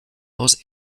aus